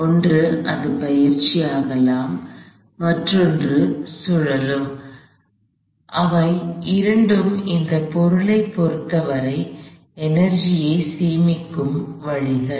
ஒன்று அது பெயர்ச்சி ஆகலாம் மொழிபெயர்க்கலாம் மற்றொன்று சுழலும் இவை இரண்டும் இந்த பொருளைப் பொருத்தவரை எனர்ஜி இ சேமிக்கும் வழிகள்